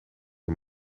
een